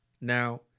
Now